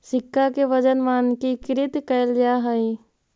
सिक्का के वजन मानकीकृत कैल जा हई